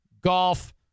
Golf